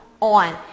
on